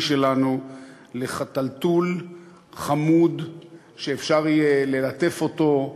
שלנו לחתלתול חמוד שאפשר יהיה ללטף אותו,